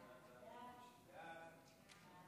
הצעת ועדת